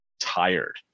tired